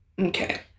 Okay